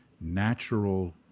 natural